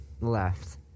left